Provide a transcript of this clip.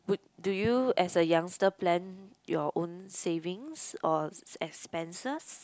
do you as a youngster plan your own savings or expenses